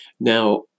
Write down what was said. Now